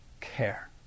care